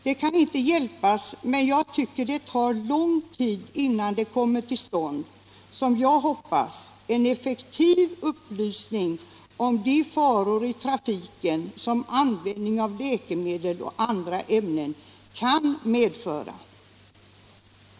Det kan inte hjälpas, jag tycker det tar lång tid innan det kommer till stånd, som jag hoppas, en effektiv upplysning om de faror i trafiken som användning av läkemedel och andra ämnen kan medföra.